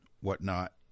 whatnot